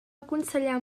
aconsellar